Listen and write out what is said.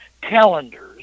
calendars